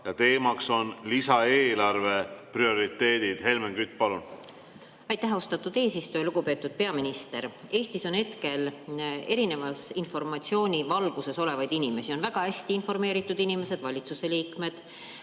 ja teema on lisaeelarve prioriteedid. Helmen Kütt, palun! Aitäh, austatud eesistuja! Lugupeetud peaminister! Eestis on hetkel erineva informatsiooni valguses olevaid inimesi: on väga hästi informeeritud inimesi – valitsuse liikmed;